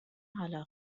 على